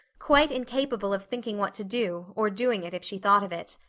quite incapable of thinking what to do, or doing it if she thought of it.